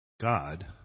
God